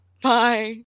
Bye